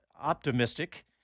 optimistic